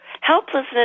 Helplessness